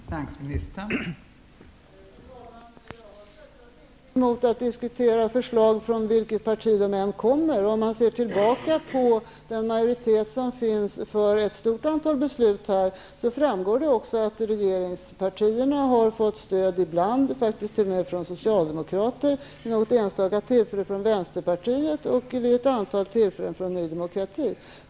Fru talman! Jag har självfallet ingenting emot att diskutera förslag, från vilket parti de än kommer. Om man ser tillbaka på den majoritet som finns för ett stort antal beslut, så framgår det också att regeringspartierna ibland har fått stöd t.o.m. från socialdemokrater, vid något enstaka tillfälle från Vänsterpartiet och vid ett antal tillfällen från Ny demokrati.